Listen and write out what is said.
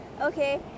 okay